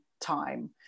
time